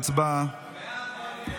הצבעה.